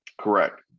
Correct